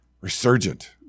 Resurgent